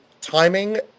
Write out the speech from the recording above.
timing